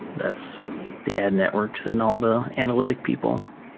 that's the ad networks and all the analytic people.